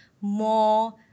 more